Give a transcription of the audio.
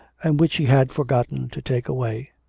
and which he had forgotten to take away.